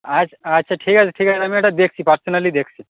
আচ্ছা আচ্ছা ঠিক আছে ঠিক আছে আমি এটা দেখছি পার্সোনালি দেখছি